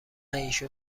ایشون